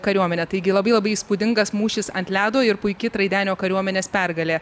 kariuomenę taigi labai labai įspūdingas mūšis ant ledo ir puiki traidenio kariuomenės pergalė